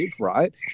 right